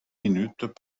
minutes